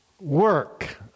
work